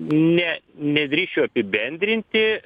ne nedrįsčiau apibendrinti